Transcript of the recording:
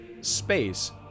space